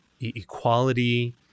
equality